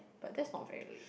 but that's not very late